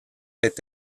est